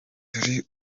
hari